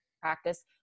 practice